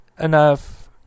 enough